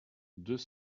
deux